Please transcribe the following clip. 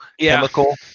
chemical